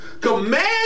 command